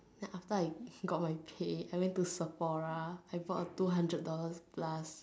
then after I got got my pay I went to Sephora I bought a two hundred dollar plus